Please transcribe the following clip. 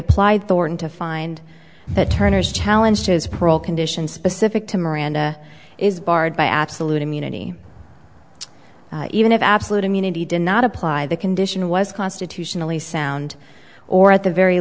applied the warrant to find that turner's challenge his parole conditions specific to miranda is barred by absolute immunity even if absolute immunity did not apply the condition was constitutionally sound or at the very